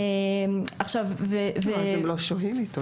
אז הם לא שוהים איתו,